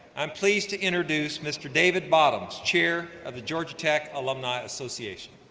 i'm pleased to introduce mr. david bottoms, chair of the georgia tech alumni association.